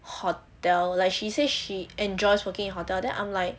hotel like she say she enjoys working hotel then I'm like